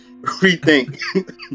rethink